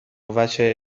وجه